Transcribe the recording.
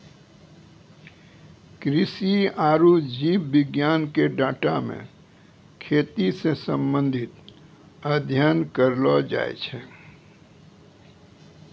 कृषि आरु जीव विज्ञान के डाटा मे खेती से संबंधित अध्ययन करलो जाय छै